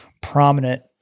prominent